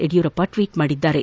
Yediyurappa tweet ಮಾಡಿದ್ದಾರೆ